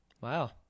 wow